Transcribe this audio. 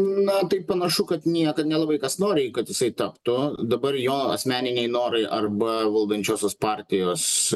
na tai panašu kad nieka nelabai kas nori kad jisai taptų dabar jo asmeniniai norai arba valdančiosios partijos